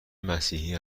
مسیحی